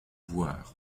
voir